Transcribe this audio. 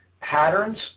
patterns